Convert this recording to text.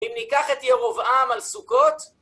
אם ניקח את ירבעם על סוכות?